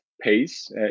pace